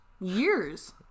years